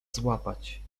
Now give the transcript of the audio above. złapać